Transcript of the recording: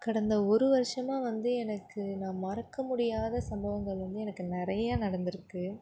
கடந்த ஒரு வருஷமாக வந்து எனக்கு நான் மறக்க முடியாத சம்பவங்கள் வந்து எனக்கு நிறையா நடந்துருக்குது